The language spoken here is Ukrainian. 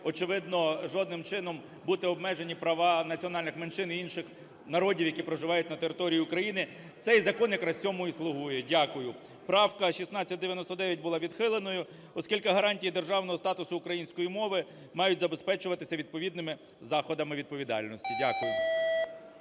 очевидно, жодним чином бути обмежені права національних меншин і інших народів, які проживають на території України. Цей закон якраз цьому і слугує. Дякую. Правка 1699 була відхиленою, оскільки гарантії державного статусу української мови мають забезпечуватися відповідними заходами відповідальності. Дякую.